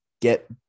get